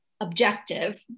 objective